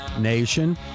nation